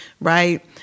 right